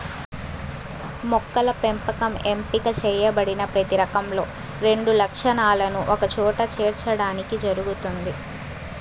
మొక్కల పెంపకం ఎంపిక చేయబడిన ప్రతి రకంలో రెండు లక్షణాలను ఒకచోట చేర్చడానికి జరుగుతుంది